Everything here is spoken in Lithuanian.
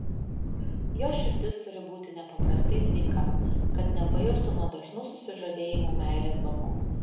jos širdis turi būti nepaprastai sveika kad nepairtų nuo dažnų susižavėjimo meilės bangų